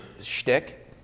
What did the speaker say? shtick